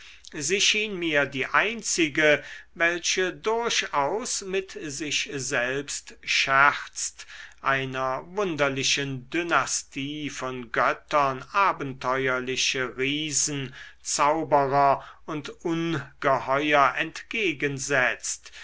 sie schien mir die einzige welche durchaus mit sich selbst scherzt einer wunderlichen dynastie von göttern abenteuerliche riesen zauberer und ungeheuer entgegensetzt